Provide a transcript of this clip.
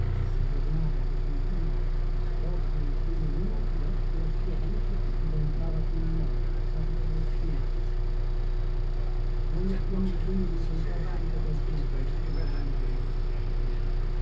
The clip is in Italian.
lo indovinava lo sentiva proprio in quei momenti ecco la sua voce diventava più molle quasi carezzevole noi abbiamo bisogno dincolpar sempre qualcuno dei nostri danni e delle nostre sciagure